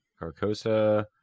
Carcosa